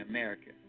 America